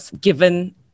given